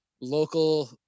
local